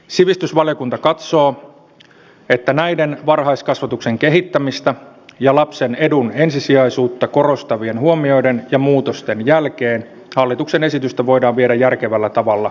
sivistysvaliokunta katsoo että näiden varhaiskasvatuksen kehittämistä ja lapsen edun ensisijaisuutta korostavien huomioiden ja muutosten jälkeen hallituksen esitystä voidaan viedä järkevällä tavalla eteenpäin